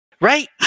Right